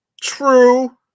True